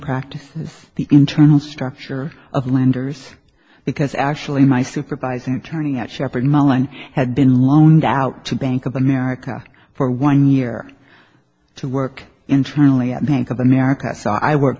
practices the internal structure of lenders because actually my supervisor interning at shepherd mellon had been loaned out to bank of america for one year to work internally at bank of america so i work